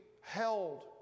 held